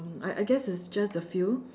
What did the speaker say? I I I guess it's just a few